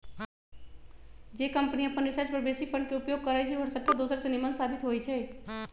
जे कंपनी अप्पन रिसर्च पर बेशी फंड के उपयोग करइ छइ उ हरसठ्ठो दोसर से निम्मन साबित होइ छइ